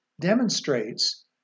demonstrates